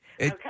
Okay